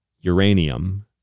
uranium